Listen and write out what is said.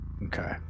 Okay